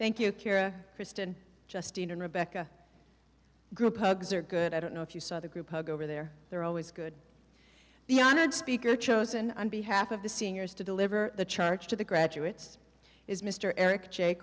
thank you kara kristen justin and rebecca group hugs are good i don't know if you saw the group hug over there they're always good the honored speaker chosen on behalf of the seniors to deliver the charge to the graduates is mr eric j